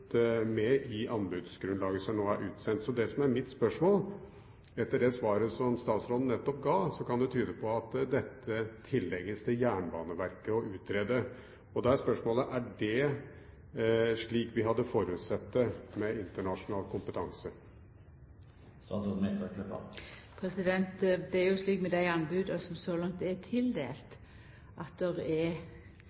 anbudsgrunnlaget som nå er utsendt. Etter det svaret som statsråden nettopp ga, kan det tyde på at dette tillegges det Jernbaneverket å utrede. Da er mitt spørsmål: Er det slik vi hadde forutsatt det med internasjonal kompetanse? Det er jo slik med dei anboda som så langt er